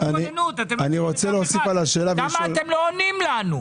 למה אתם לא עונים לנו?